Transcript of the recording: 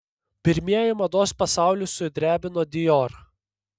pirmieji mados pasaulį sudrebino dior